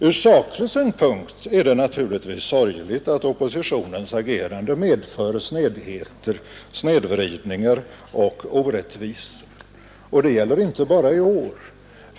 Från saklig synpunkt är det naturligtvis sorgligt att oppositionens agerande medför snedvridningar och orättvisor. Det gäller inte bara i år.